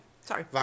Sorry